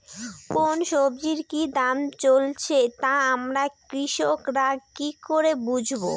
কোন সব্জির কি দাম চলছে তা আমরা কৃষক রা কি করে বুঝবো?